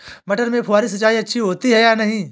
मटर में फुहरी सिंचाई अच्छी होती है या नहीं?